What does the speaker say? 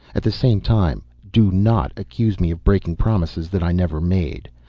at the same time do not accuse me of breaking promises that i never made.